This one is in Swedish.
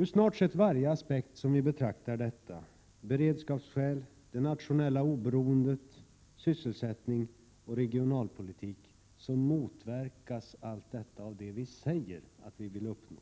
I snart sagt varje aspekt som vi betraktar detta skeende — beredskapens, det nationella oberoendets, sysselsättningens, regionalpolitikens — motverkar allt detta vi säger att vi vill uppnå.